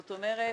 זאת אומרת,